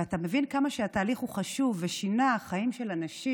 ואתה מבין כמה שהתהליך הוא חשוב ושינה חיים של אנשים.